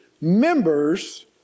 members